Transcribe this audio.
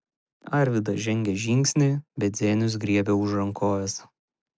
arvydas žengė žingsnį bet zenius griebė už rankovės